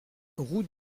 route